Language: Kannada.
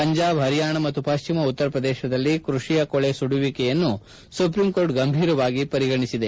ಪಂಜಾಬ್ ಪರಿಯಾಣ ಮತ್ತು ಪಶ್ಚಿಮ ಉತ್ತರ ಪ್ರದೇಶದಲ್ಲಿ ಕೃಷಿಯ ಕೊಳೆ ಸುಡುವಿಕೆಯನ್ನು ಸುಪ್ರೀಂ ಕೋರ್ಟ್ ಗಂಭೀರವಾಗಿ ಪರಿಗಣಿಸಿದೆ